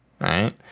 Right